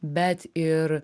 bet ir